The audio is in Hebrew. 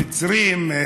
המצרים,